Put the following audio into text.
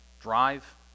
drive